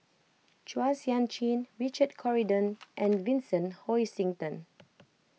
Chua Sian Chin Richard Corridon and Vincent Hoisington